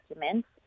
documents